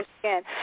again